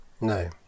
No